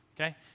okay